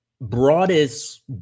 broadest